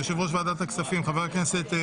תודה רבה גם לך חבר הכנסת פינדרוס.